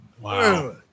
Wow